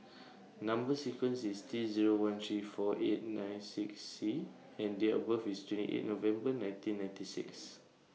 Number sequence IS T Zero one three four eight nine six C and Date of birth IS twenty eight November nineteen ninety six